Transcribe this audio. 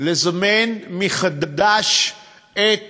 לזמן מחדש את